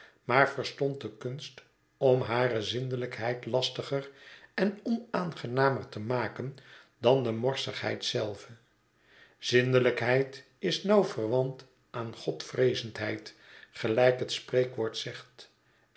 maar verstond de kunst om hare zindelijkheid lastiger en onaangenamer te maken dan de morsigheid zelve zindelijkheid is nauw verwant aan godvreezendheid gelijk het spreekwoord zegt